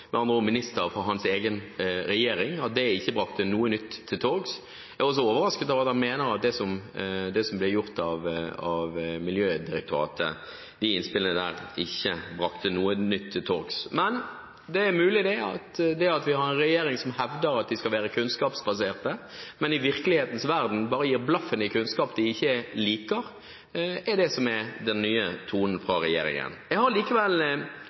hans egen regjering – ikke brakte noe nytt til torgs. Jeg er også overrasket over at han mener at innspillene fra Miljødirektoratet ikke brakte noe nytt til torgs. Det er mulig at det er det at vi har en regjering som hevder at den skal være kunnskapsbasert, men som i virkelighetens verden bare gir blaffen i kunnskap den ikke liker, som er den nye tonen fra regjeringen. Jeg har etter debatten likevel